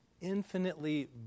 infinitely